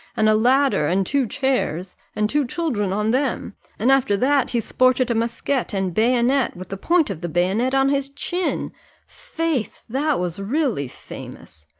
and a ladder and two chairs and two children on them and after that, he sported a musquet and bayonet with the point of the bayonet on his chin faith! that was really famous!